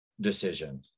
decision